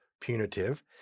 punitive